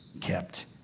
kept